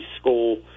school